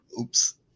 Oops